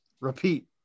repeat